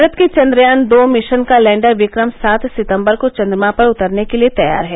भारत के चन्द्रयान दो मिशन का लैंडर विक्रम सात सितंबर को चन्द्रमा पर उतरने के लिए तैयार है